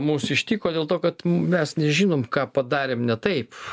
mus ištiko dėl to kad mes nežinom ką padarėm ne taip